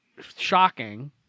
shocking